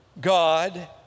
God